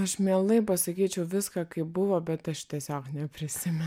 aš mielai pasakyčiau viską kaip buvo bet aš tiesiog neprisimenu